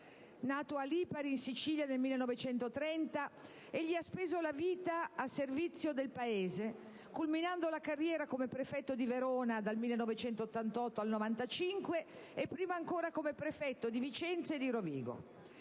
Nato a Lipari, in Sicilia, nel 1930, egli ha speso la vita al servizio del Paese, culminando la carriera come prefetto di Verona dal 1988 al 1995 e, prima ancora, come prefetto di Vicenza e di Rovigo.